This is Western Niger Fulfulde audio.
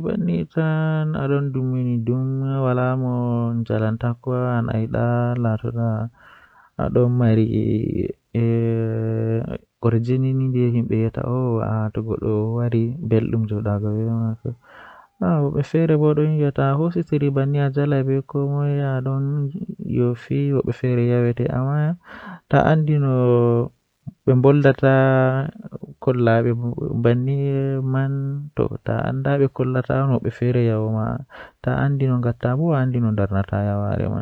ɗum e maye kam hoddii laawol, ngam anndude ngal Ngona hoto. Mi yidi jogii moƴƴere nder ngoo e leydi seŋ